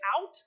out